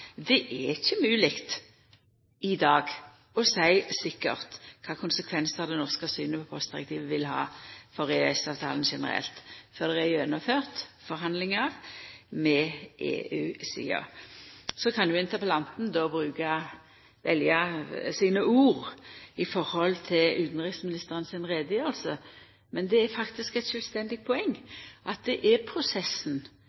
Det er ikkje mogleg i dag å seia sikkert kva konsekvensar det norske synet på postdirektivet vil ha for EØS-avtalen generelt, før det er gjennomført forhandlingar med EU-sida. Så kan interpellanten velja sine ord i høve til utanriksministeren si utgreiing, men det er faktisk eit sjølvstendig